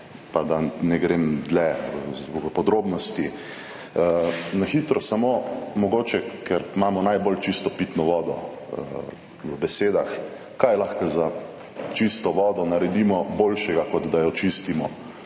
pa da ne grem dlje v podrobnosti. Na hitro samo, mogoče, ker imamo najbolj čisto pitno vodo, v besedah, kaj lahko za čisto vodo naredimo boljšega, kot da jo čistimo